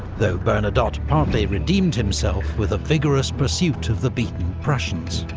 though bernadotte partly redeemed himself, with a vigorous pursuit of the beaten prussians.